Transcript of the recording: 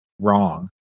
wrong